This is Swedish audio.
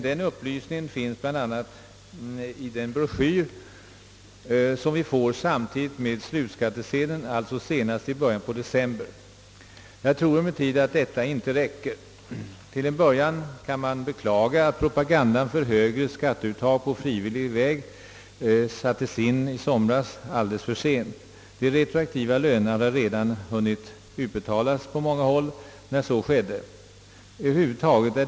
Den upplysningen finns bland annat i den broschyr som vi erhåller samtidigt med slutskattesedeln, alltså senast i början på december. Jag tror emellertid att detta inte räcker. Till en början kan man beklaga att propagandan för högre skatteuttag på frivillig väg sattes in alldeles för sent i somras. De retroaktiva lönerna hade redan hunnit utbetalas i många fall när sådan upplysning gavs.